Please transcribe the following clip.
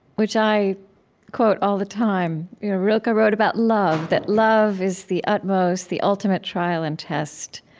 which i quote all the time you know rilke wrote about love, that love is the utmost, the ultimate trial and test,